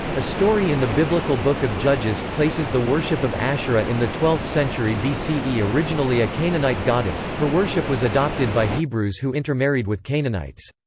a story in the biblical book of judges places the worship of asherah in the twelfth century b c e. originally a canaanite goddess, her worship was adopted by hebrews who intermarried with canaanites.